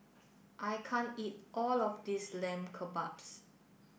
I can't eat all of this Lamb Kebabs